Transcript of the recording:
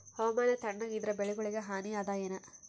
ಹವಾಮಾನ ತಣುಗ ಇದರ ಬೆಳೆಗೊಳಿಗ ಹಾನಿ ಅದಾಯೇನ?